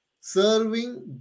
serving